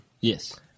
Yes